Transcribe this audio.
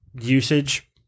usage